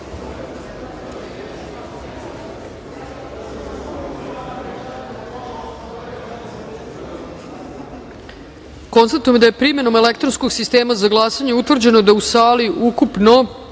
glasanje. Konstatujem da je primenom elektronskog sistema za glasanje utvrđeno da je u sali ukupno